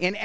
in